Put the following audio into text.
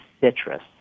citrus